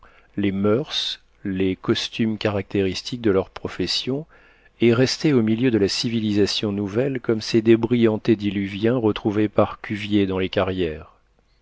les moeurs les costumes caractéristiques de leurs professions et restées au milieu de la civilisation nouvelle comme ces débris antédiluviens retrouvés par cuvier dans les carrières